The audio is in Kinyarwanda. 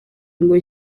ngo